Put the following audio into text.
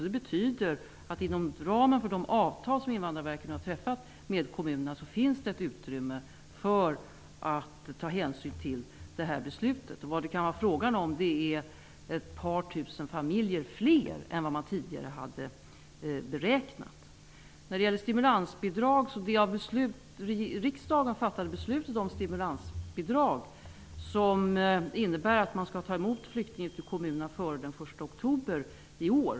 Det betyder att det inom ramen för det avtal som Invandrarverket har träffat med kommunerna finns utrymme för att man skall kunna ta hänsyn till detta beslut. Det kan vara fråga om ett par tusen fler familjer än beräknat. Riksdagen har fattat ett beslut om stimulansbidrag som innebär att kommunerna skall ta emot flyktingarna före den 1 oktober i år.